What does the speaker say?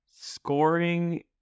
scoring